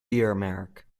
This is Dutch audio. biermerk